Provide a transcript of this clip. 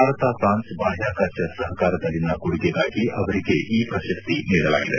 Bharat France ಬಾಹ್ಯಾಕಾಶ ಸಹಕಾರದಲ್ಲಿನ ಕೊಡುಗೆಗಾಗಿ ಅವರಿಗೆ ಈ ಪ್ರಶಸ್ತಿ ನೀಡಲಾಗಿದೆ